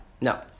No